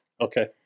Okay